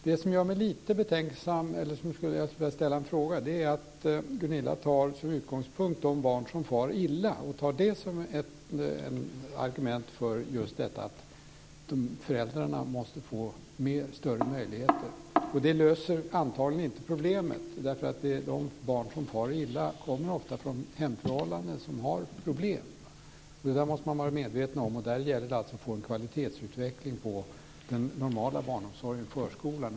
Det som gör att jag vill ställa en fråga är att Gunilla Tjernberg har som utgångspunkt de barn som far illa, och tar det som argument för att föräldrarna måste få större möjligheter. Det löser antagligen inte problemet. De barn som far illa kommer ofta från hemförhållanden som har problem. Det måste man vara medveten om. Där gäller det alltså att få en kvalitetsutveckling på den normala barnomsorgen, förskolan.